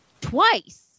twice